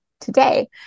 today